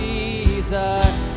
Jesus